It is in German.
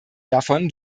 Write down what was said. davon